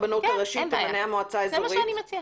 שני נציגי הוועד המקומי של היישוב.